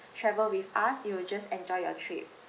travel with us you'll just enjoy your trip